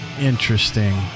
Interesting